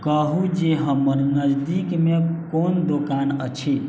कहुँ जे हमर नज़दीकमे कोन दोकान अछि